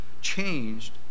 changed